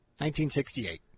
1968